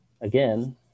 Again